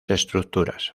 estructuras